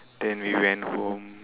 then we went home